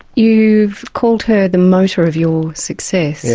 you've called her the motor of your success. yes,